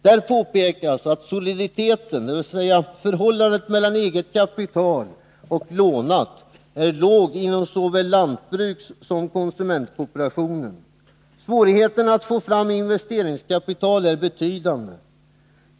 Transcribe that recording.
Där påpekas att soliditeten, dvs. förhållandet mellan eget kapital och lånat, är låg inom såväl lantbrukssom konsumentkooperationen. Svårigheterna att få fram investeringskapital är betydande.